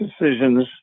decisions